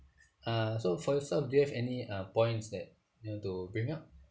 uh so for yourself do you have any uh points that you want to bring up